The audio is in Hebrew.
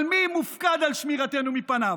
אבל מי מופקד על שמירתנו מפניו?